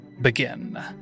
begin